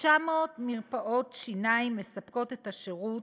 כ-900 מרפאות שיניים מספקות את השירות